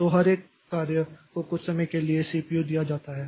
तो हर एक कार्य को कुछ समय के लिए सीपीयू दिया जाता है